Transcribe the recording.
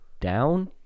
down